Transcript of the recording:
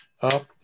up